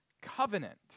covenant